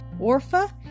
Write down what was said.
Orpha